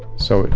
so,